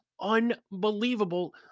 unbelievable